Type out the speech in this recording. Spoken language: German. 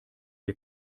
wir